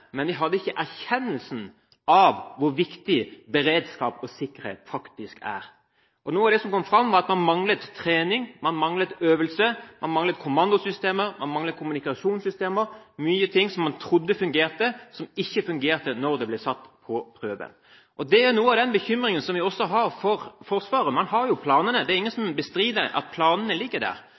men vi hadde ikke erkjennelsen av hvor viktig beredskap og sikkerhet faktisk er. Noe av det som kom fram, var at man manglet trening, man manglet øvelse, man manglet kommandosystemer, man manglet kommunikasjonssystemer – mye som man trodde fungerte, men som ikke fungerte da det ble satt på prøve. Det er noe av den bekymringen som vi også har for Forsvaret. Man har jo planene – det er ingen som vil bestride at planene ligger der.